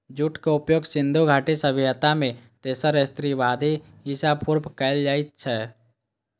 जूटक उपयोग सिंधु घाटी सभ्यता मे तेसर सहस्त्राब्दी ईसा पूर्व कैल जाइत रहै